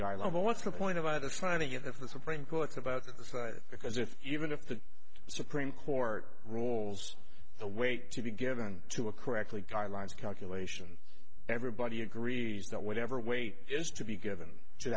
guy level what's the point of either trying to get at the supreme court about this because if even if the supreme court rules the weight to be given to a correctly guidelines calculation everybody agrees that whatever weight is to be given to